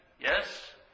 yes